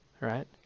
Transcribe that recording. Right